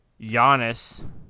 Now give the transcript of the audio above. Giannis